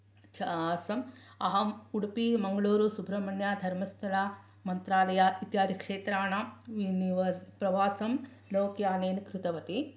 च आसम् अहं उडुपि मंगलूरु सुब्रह्मण्य धर्मस्थला मन्त्रालय इत्यादि क्षेत्राणां प्रवासं लोकयानेन कृतवती